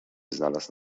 znalazł